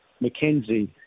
Mackenzie